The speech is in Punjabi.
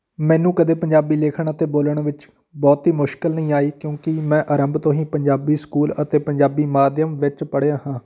ਮੈਨੂੰ ਕਦੇ ਪੰਜਾਬੀ ਲਿਖਣ ਅਤੇ ਬੋਲਣ ਵਿੱਚ ਬਹੁਤੀ ਮੁਸ਼ਕਿਲ ਨਹੀਂ ਆਈ ਕਿਉਂਕਿ ਮੈਂ ਆਰੰਭ ਤੋਂ ਹੀ ਪੰਜਾਬੀ ਸਕੂਲ ਅਤੇ ਪੰਜਾਬੀ ਮਾਧਿਅਮ ਵਿੱਚ ਪੜ੍ਹਿਆ ਹਾਂ